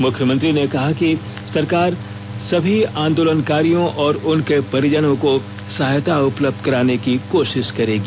मुख्यमंत्री ने कहा है कि सरकार सभी आंदोलनकारियों और उनके परिजनों को सहायता उपलब्ध कराने की कोशिश करेंगी